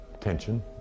tension